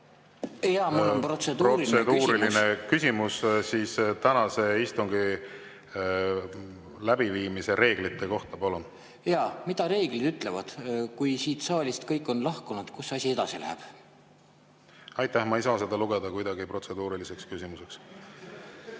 küsimus. Protseduuriline küsimus tänase istungi läbiviimise reeglite kohta. Palun! Jaa. Mida reeglid ütlevad, et kui siit saalist kõik on lahkunud, kus see asi edasi läheb? Aitäh! Ma ei saa seda kuidagi lugeda protseduuriliseks küsimuseks.